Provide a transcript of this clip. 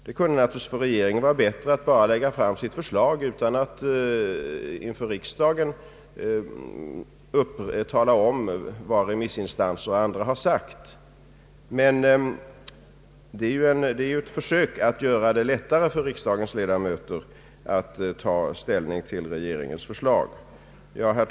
För regeringen kunde det naturligtvis vara bättre att bara lägga fram sina förslag utan att tala om för riksdagen vad remissinstanser och andra sagt. Men vårt sätt att handlägga dessa ärenden är ett försök att göra det lättare för riksdagens ledamöter att ta ställning till regeringens förslag. Herr talman!